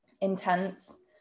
intense